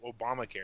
obamacare